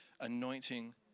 anointing